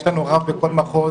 יש לנו רב בכל מחוז